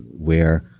where